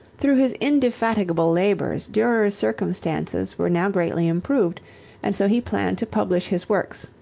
through his indefatigable labors durer's circumstances were now greatly improved and so he planned to publish his works,